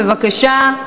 בבקשה.